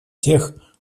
тех